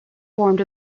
formed